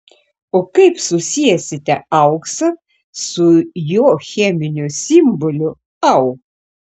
o kaip susiesite auksą su jo cheminiu simboliu au